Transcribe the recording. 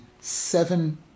seven